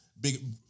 big